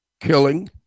killing